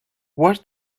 where